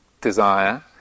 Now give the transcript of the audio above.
desire